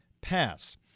pass